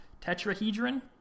tetrahedron